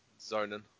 zoning